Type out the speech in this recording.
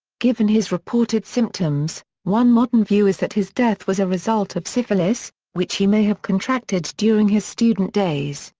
given his reported symptoms, one modern view is that his death was a result of syphilis, which he may have contracted during his student days,